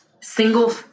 single